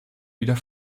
wieder